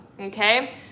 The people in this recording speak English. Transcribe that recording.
okay